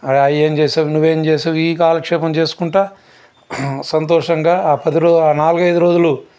ఏం చేశావు నువ్వేం చేసావు ఇవి కాలక్షేపం చేసుకుంటా సంతోషంగా ఆ పది రోజులు ఆ నాలుగైదు రోజులు